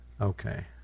okay